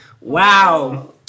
wow